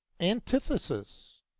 Antithesis